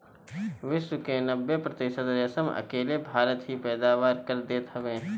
विश्व के नब्बे प्रतिशत रेशम अकेले भारत ही पैदा कर देत हवे